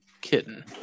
kitten